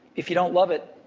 if you don't love it,